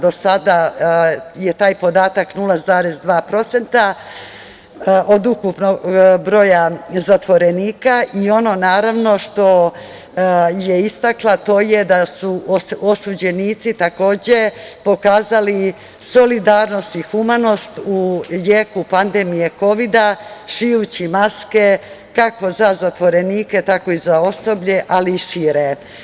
Do sada je taj podatak 0,2% od ukupnog broja zatvorenika i ono naravno što je istakla, to je da su osuđenici takođe pokazali solidarnost i humanost u jeku pandemije Kovida šijući maske kako za zatvorenike, tako i za osoblje, ali i šire.